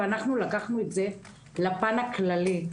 ולקחנו את זה לפן הכללי.